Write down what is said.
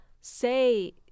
say